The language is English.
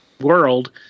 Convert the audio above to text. world